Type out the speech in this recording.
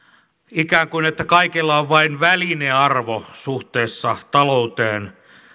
ikään kuin että kaikilla on vain välinearvo suhteessa talouteen